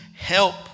help